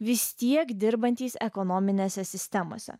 vis tiek dirbantys ekonominėse sistemose